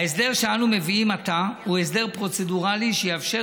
ההסדר שאנו מביאים עתה הוא הסדר פרוצדורלי שיאפשר